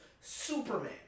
Superman